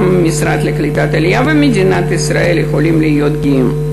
גם המשרד לקליטת העלייה ומדינת ישראל יכולים להיות גאים.